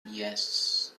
yes